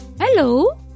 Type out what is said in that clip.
Hello